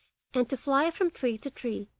and to fly from tree to tree,